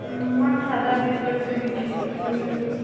माथा दर्द करैत रहय छै कनी कनी